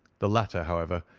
the latter, however,